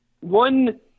One